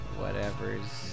whatever's